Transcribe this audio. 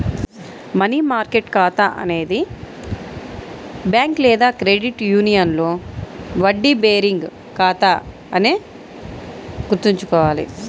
money market ఖాతా అనేది bank లేదా క్రెడిట్ యూనియన్లో వడ్డీ బేరింగ్ ఖాతా అని గుర్తుంచుకోవాలి